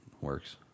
works